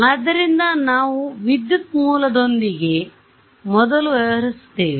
ಆದ್ದರಿಂದ ನಾವು ವಿದ್ಯುತ್ ಮೂಲದೊಂದಿಗೆ ಮೊದಲು ವ್ಯವಹರಿಸುತ್ತೇವೆ